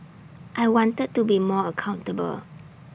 I wanted to be more accountable